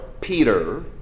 Peter